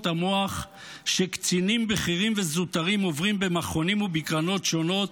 המוח שקצינים בכירים וזוטרים עוברים במכונים ובקרנות שונות,